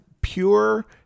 pure